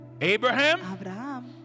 Abraham